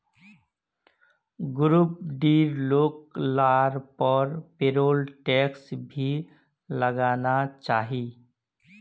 group डीर लोग लार पर पेरोल टैक्स नी लगना चाहि